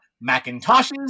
Macintoshes